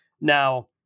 Now